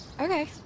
Okay